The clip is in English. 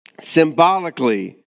Symbolically